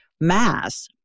mass